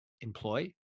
employ